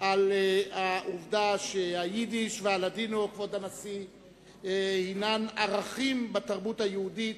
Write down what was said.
על העובדה שהיידיש והלדינו הן ערכים בתרבות היהודית,